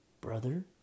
brother